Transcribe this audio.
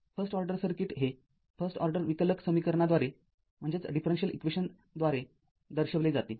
first order circuit हे first order विकलक समीकरणाद्वारे दर्शविले जाते